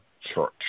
church